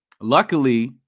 luckily